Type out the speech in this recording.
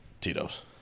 Tito's